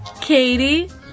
Katie